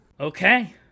Okay